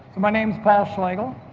my name is paul schegel,